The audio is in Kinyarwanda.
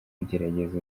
kugerageza